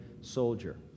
soldier